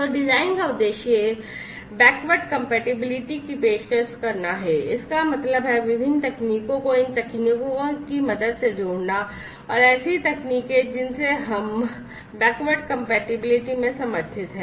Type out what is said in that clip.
तो डिजाइन का उद्देश्य backward compatibility की पेशकश करना हैं इसका मतलब है विभिन्न तकनीकों को इन तकनीकों की मदद से जोड़ना और ऐसी तकनीकें जिन्से हम backward compatibility में समर्थित हैं